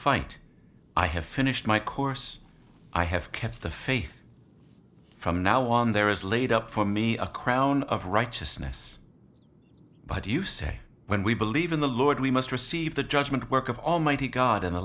fight i have finished my course i have kept the faith from now on there is laid up for me a crown of righteousness but you say when we believe in the lord we must receive the judgment work of almighty god in the